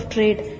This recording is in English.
Trade